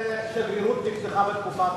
איזה שגרירות נפתחה בתקופת,